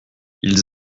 ils